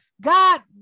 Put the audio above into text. God